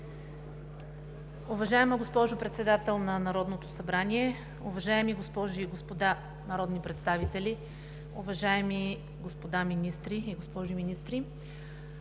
Уважаема госпожо Председател на Народното събрание, уважаеми госпожи и господа народни представители, уважаеми господа министри и госпожи министри!